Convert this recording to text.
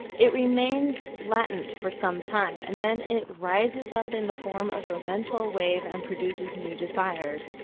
it remains latent for some time, and then it rises up in the form of a mental wave and produces new desires.